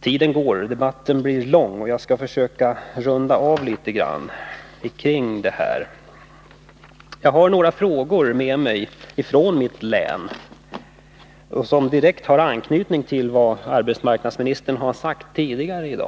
Tiden går, och debatten blir lång. Jag skall försöka runda av den litet grand. Jag har några frågor med mig från mitt län som direkt har anknytning till vad arbetsmarknadsministern har sagt tidigare i dag.